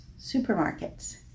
Supermarkets